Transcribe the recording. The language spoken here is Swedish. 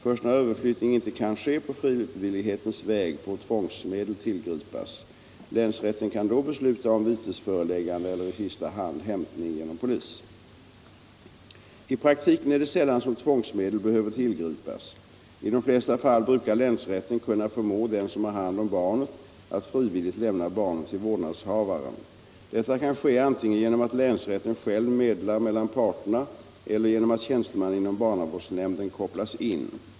Först när överflyttning inte kan ske på frivillighetens väg får tvångsmedel tillgripas. Länsrätten kan då besluta om vitesföreläggande eller, i sista hand, hämtning genom polis. =: I praktiken är det sällan som tvångsmedel behöver tillgripas. I de flesta fall brukar länsrätten kunna förmå den som har hand om barnet att frivilligt lämna barnet till vårdnadshavaren. Detta kan ske antingen genom att länsrätten själv medlar mellan parterna eller genom att tjänsteman inom barnavårdsnämnden kopplas in.